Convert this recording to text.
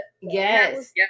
Yes